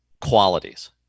qualities